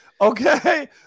Okay